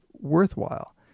worthwhile